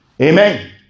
Amen